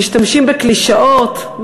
משתמשים בקלישאות,